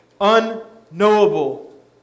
unknowable